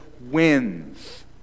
Wins